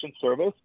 Service